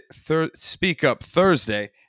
SpeakUpThursday